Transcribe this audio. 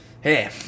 hey